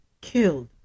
killed